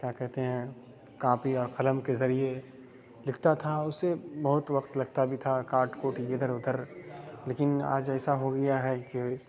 کیا کہتے ہیں کاپی اور قلم کے ذریعے لکھتا تھا اسے بہت وقت لگتا بھی تھا کاٹ کوٹ ادھر ادھر لیکن آج ایسا ہو گیا ہے کہ